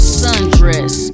sundress